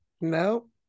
No